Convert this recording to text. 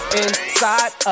inside